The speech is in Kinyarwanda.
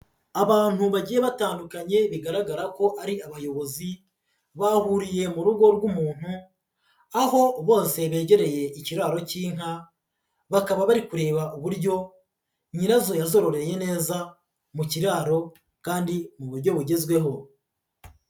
Abantu bagiye batandukanye bigaragara ko ari abayobozi bahuriye mu rugo rw'umuntu, aho bose begereye ikiraro cy'inka, bakaba bari kureba uburyo nyirazo yazororeye neza mu kiraro kandi mu buryo bugezweho.